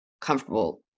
comfortable